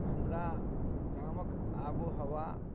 हमरा गामक आबो हवा